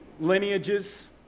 lineages